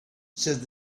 said